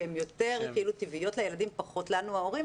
שהן יותר טבעיות לילדים ופחות להורים,